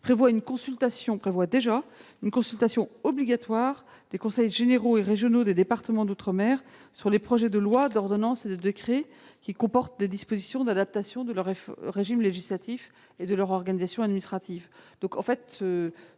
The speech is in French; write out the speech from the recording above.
déjà une consultation obligatoire des conseils généraux et régionaux des départements d'outre-mer sur les projets de loi, d'ordonnance ou de décret comportant des dispositions d'adaptation du régime législatif et de l'organisation administrative